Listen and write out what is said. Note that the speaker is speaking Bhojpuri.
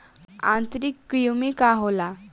आंतरिक कृमि का होला?